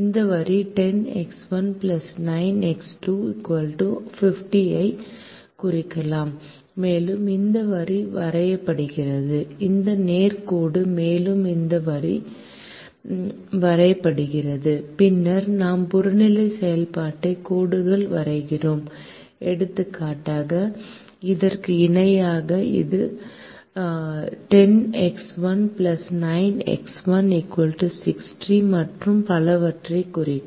இந்த வரி 10X1 9X2 50 ஐக் குறிக்கலாம் மேலும் இந்த வரி வரையப்படுகிறது இந்த நேர் கோடு வரையப்படுகிறது பின்னர் நாம் புறநிலை செயல்பாட்டுக் கோடுகளை வரைகிறோம் எடுத்துக்காட்டாக இதற்கு இணையாக இது 10X1 9X2 60 மற்றும் பலவற்றைக் குறிக்கும்